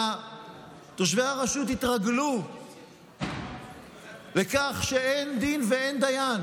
שתושבי הרשות התרגלו לכך שאין דין ואין דיין